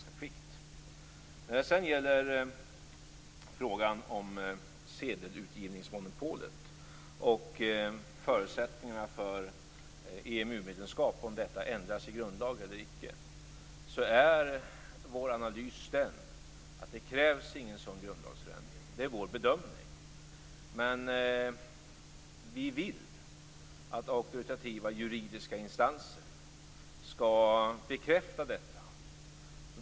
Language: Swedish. När det sedan gäller frågan om sedelutgivningsmonopolet och förutsättningarna för EMU medlemskap, om det skall ändras i grundlag eller icke, är vår analys den att det inte krävs någon sådan grundlagsändring. Det är vår bedömning. Men vi vill att auktoritativa juridiska instanser skall bekräfta detta.